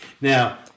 Now